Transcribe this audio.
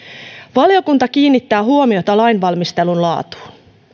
valiokunta kiinnittää huomiota lainvalmistelun laatuun